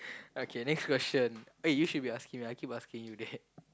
okay next question eh you should be asking me I keep asking you there